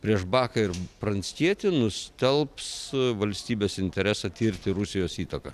prieš baką ir pranckietį nustelbs valstybės interesą tirti rusijos įtaką